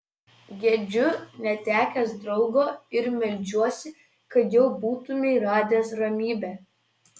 gedžiu netekęs draugo ir meldžiuosi kad jau būtumei radęs ramybę